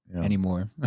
anymore